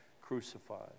crucified